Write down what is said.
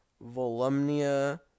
Volumnia